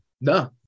No